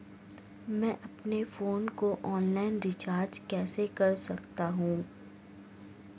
मैं अपने फोन को ऑनलाइन रीचार्ज कैसे कर सकता हूं?